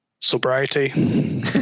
Sobriety